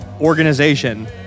organization